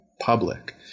public